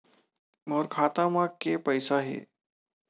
मोर खाता म के पईसा हे?